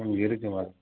ம் இருக்குமா